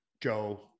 joe